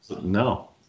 No